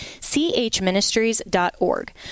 chministries.org